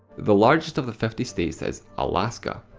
the largest of the fifty states is. alaska.